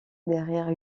derrière